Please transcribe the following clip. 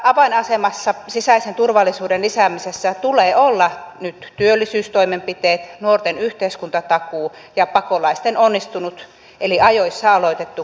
avainasemassa sisäisen turvallisuuden lisäämisessä tulee olla nyt työllisyystoimenpiteiden nuorten yhteiskuntatakuun ja pakolaisten onnistuneen eli ajoissa aloitetun kotouttamisen